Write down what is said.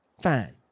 Fine